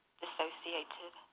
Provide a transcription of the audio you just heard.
dissociated